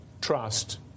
trust